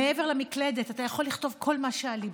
מעבר למקלדת, אתה יכול לכתוב כל מה שעל ליבך.